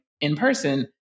in-person